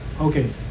Okay